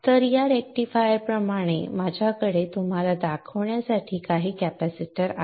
तर या रेक्टिफायर्सप्रमाणे माझ्याकडे आपल्याला दाखवण्यासाठी काही कॅपेसिटर आहेत